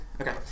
Okay